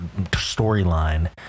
storyline